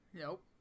Nope